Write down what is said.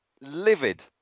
livid